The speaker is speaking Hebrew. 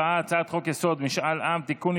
חוק-יסוד: משאל עם (תיקון,